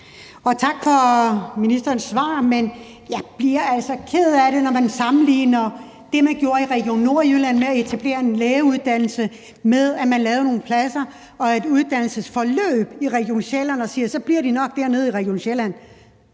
Og tak for ministerens svar. Men jeg bliver altså ked af det, når man sammenligner det, man gjorde i Region Nordjylland, hvor man etablerede en lægeuddannelse, med, at lave nogle pladser og et uddannelsesforløb i Region Sjælland, og at man siger, at så bliver de nok nede i Region Sjælland.